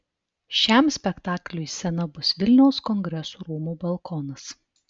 šiam spektakliui scena bus vilniaus kongresų rūmų balkonas